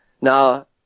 Now